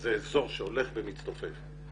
שזה אזור שהולך ומצטופף,